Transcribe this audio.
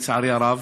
לצערי הרב.